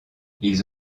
ils